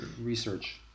research